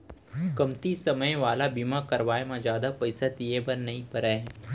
कमती समे वाला बीमा करवाय म जादा पइसा दिए बर नइ परय